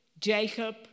Jacob